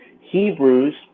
Hebrews